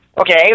Okay